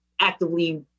actively